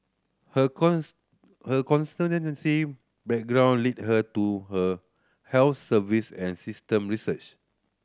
her her background lead her to her health service and system research